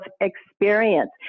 experience